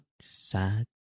sad